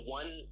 one